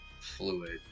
fluid